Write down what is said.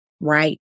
Right